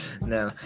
No